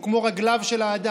הוא כמו רגליו של האדם.